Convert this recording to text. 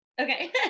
okay